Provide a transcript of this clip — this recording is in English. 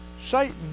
Satan